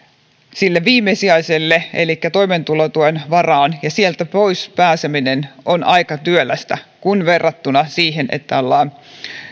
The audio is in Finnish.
sen viimesijaisen elikkä toimeentulotuen varaan sieltä pois pääseminen on aika työlästä verrattuna siihen että ollaan